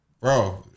Bro